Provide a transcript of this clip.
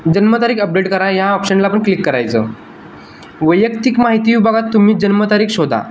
जन्मतारीख अपडेट करा या ऑप्शनला आपण क्लिक करायचं वैयक्तिक माहिती विभागात तुम्ही जन्मतारीख शोधा